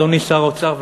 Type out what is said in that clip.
אדוני שר האוצר,